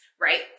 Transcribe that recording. right